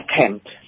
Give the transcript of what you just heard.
attempt